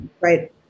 right